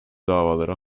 davaları